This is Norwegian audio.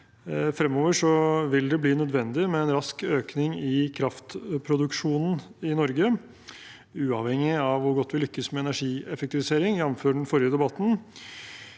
Fremover vil det bli nødvendig med en rask økning i kraftproduksjonen i Norge, uavhengig av hvor godt vi lykkes med energieffektivisering, jf. den forrige debatten.